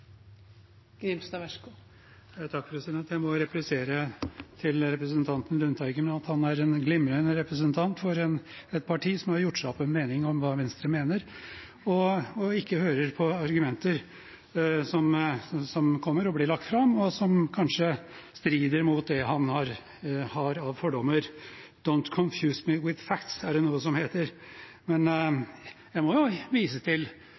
en glimrende representant for et parti som har gjort seg opp en mening om hva Venstre mener, og som ikke hører på argumenter som blir lagt fram, som kanskje strider mot det han har av fordommer. «Don’t confuse me with facts» er det noe som heter. Men jeg må jo vise til